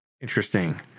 Interesting